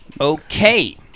Okay